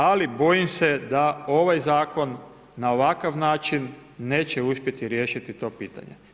Ali, bojim se da ovaj zakon na ovakav način, neće uspjeti riješiti to pitanje.